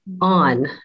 on